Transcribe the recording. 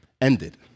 ended